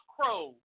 crow